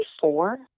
four